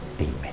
amen